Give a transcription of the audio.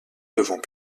devant